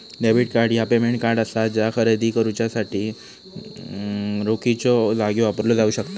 debit card ह्या payment card असा जा खरेदी करण्यासाठी रोखीच्यो जागी वापरला जाऊ शकता